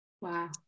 Wow